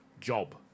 job